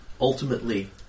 Ultimately